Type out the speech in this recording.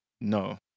No